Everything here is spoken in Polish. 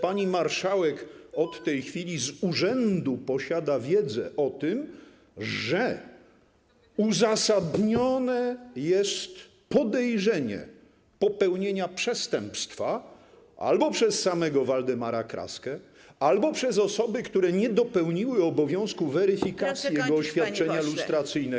Pani marszałek od tej chwili z urzędu posiada wiedzę o tym, że uzasadnione jest podejrzenie popełnienia przestępstwa albo przez samego Waldemara Kraskę, albo przez osoby, które nie dopełniły obowiązku weryfikacji jego oświadczenia lustracyjnego.